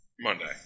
Monday